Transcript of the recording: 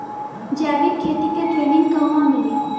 जैविक खेती के ट्रेनिग कहवा मिली?